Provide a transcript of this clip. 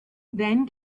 then